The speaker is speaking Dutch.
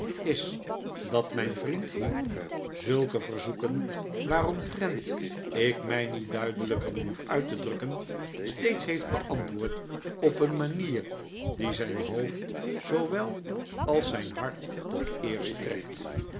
is dat mijn vriend heep zulke verzoeken waaromtrent ik mij niet duidelijker behoef uit te drukken steeds heeft beantwoord op een manier die zijn hoof d zoowel als zijn hart tot eer strekt